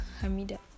Hamida